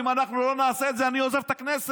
אם אנחנו לא נעשה את זה אני עוזב את הכנסת.